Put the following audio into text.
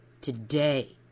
today